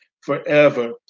forever